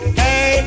hey